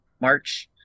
March